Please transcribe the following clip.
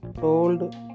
told